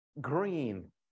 green